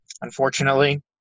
unfortunately